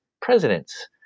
presidents